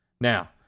Now